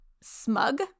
smug